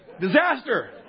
Disaster